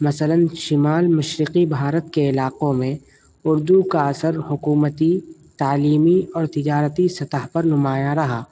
مثلاً شمال مشرقی بھارت کے علاقوں میں اردو کا اثر حکومتی تعلیمی اور تجارتی سطح پر نمایاں رہا